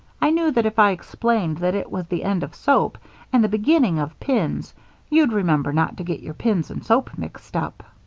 i knew that if i explained that it was the end of soap and the beginning of pins you'd remember not to get your pins and soap mixed up.